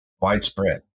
widespread